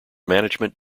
management